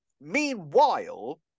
meanwhile